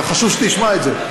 וחשוב שתשמע את זה.